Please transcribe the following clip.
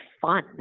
fun